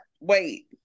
Wait